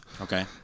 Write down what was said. Okay